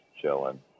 chilling